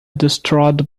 distraught